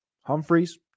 Humphreys